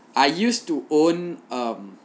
I used to own a